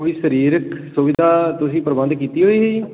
ਕੋਈ ਸਰੀਰਕ ਸੁਵਿਧਾ ਤੁਸੀਂ ਪ੍ਰਬੰਧ ਕੀਤੀ ਹੋਈ ਸੀ ਜੀ